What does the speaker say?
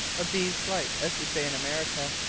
a bee's flight, as we say in america.